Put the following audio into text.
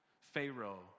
Pharaoh